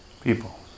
people